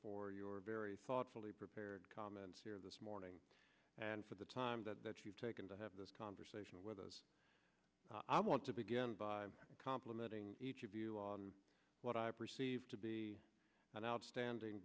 for your very thoughtfully prepared comments here this morning and for the time that you've taken to have this conversation with us i want to begin by complimenting each of you on what i perceive to be an outstanding